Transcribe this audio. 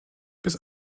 bis